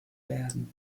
werden